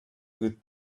good